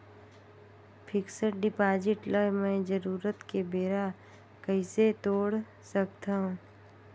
Fixed deposit ल मैं जरूरत के बेरा कइसे तोड़ सकथव?